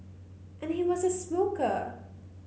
and he was a smoker